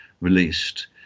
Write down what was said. released